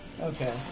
Okay